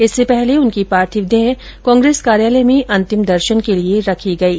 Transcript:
इससे पहले उनकी पार्थिव देह कांग्रेस कार्यालय में अंतिम दर्शन के लिए रखी गई है